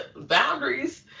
boundaries